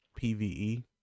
PVE